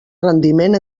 rendiment